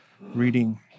reading